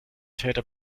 täter